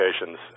locations